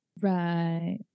right